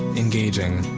engaging,